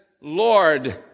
Lord